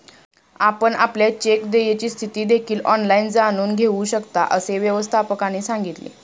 आपण आपल्या चेक देयची स्थिती देखील ऑनलाइन जाणून घेऊ शकता, असे व्यवस्थापकाने सांगितले